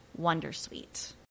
wondersuite